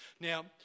Now